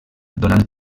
donant